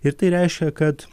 ir tai reiškia kad